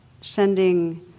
sending